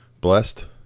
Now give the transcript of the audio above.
blessed